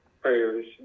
prayers